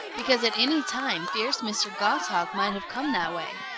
because at any time fierce mr. goshawk might have come that way,